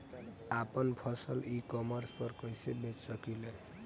आपन फसल e commerce पर कईसे बेच सकिले?